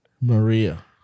Maria